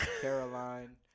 Caroline